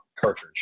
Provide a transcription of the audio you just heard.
cartridge